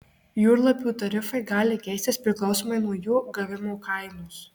jūrlapių tarifai gali keistis priklausomai nuo jų gavimo kainos